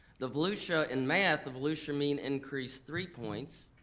the volusia in math, the volusia mean increased three points,